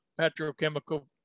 petrochemical